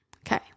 Okay